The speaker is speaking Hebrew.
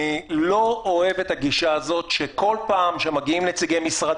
אני לא אוהב את הגישה הזאת שכל פעם שמגיעים נציגי משרד